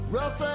Rough